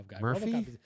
Murphy